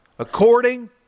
According